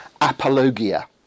apologia